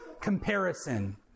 comparison